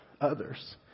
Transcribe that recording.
others